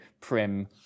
prim